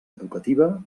educativa